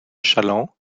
challant